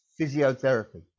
physiotherapy